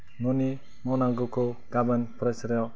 न'नि मावनांगौ गाबोन फरायसालियाव